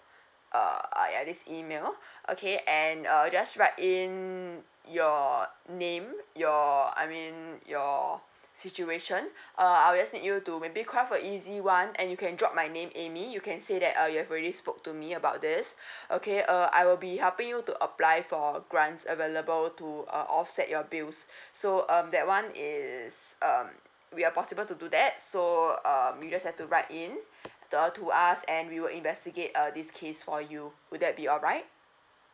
uh at this email okay and uh just write in your name your I mean your situation uh I'll just need you to maybe craft a easy one and you can drop my name amy you can say that uh you have already spoke to me about this okay uh I will be helping you to apply for grants available to uh offset your bills so um that one is um we are possible to do that so uh you just have to write in to us and we will investigate uh this case for you would that be alright